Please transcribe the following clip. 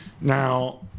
Now